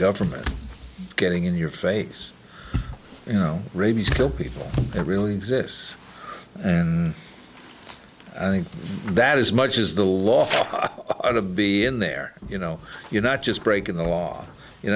government getting in your face you know rabies kill people that really exists and i think that as much as the lawful to be in there you know you're not just breaking the law you know